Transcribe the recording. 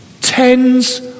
Tens